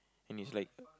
and he's like